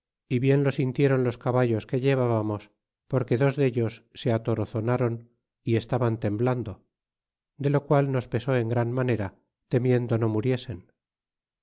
y bien lo sintieron los caballos que llevábamos porque dos dellos se atorozonáron y estaban temblando de lo qual nos pesó en gran manera temiendo no muriesen